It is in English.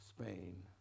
Spain